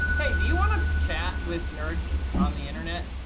hey, do you want to chat with nerds on the internet?